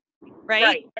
Right